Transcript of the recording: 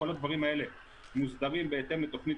כל הדברים האלה מוסדרים בהתאם לתוכנית